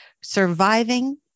Surviving